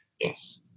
Yes